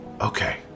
Okay